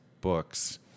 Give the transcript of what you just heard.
books